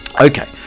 Okay